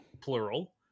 Plural